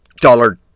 dollar